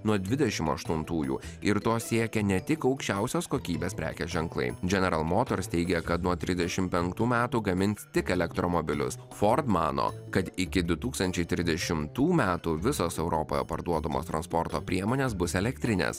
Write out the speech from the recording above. nuo dvidešimt aštintųjų ir to siekia ne tik aukščiausios kokybės prekės ženklai general motors teigia kad nuo trisdešimt penktų metų gamins tik elektromobilius ford mano kad iki du tūkstančiai trisdešimtų metų visos europoje parduodamos transporto priemonės bus elektrinės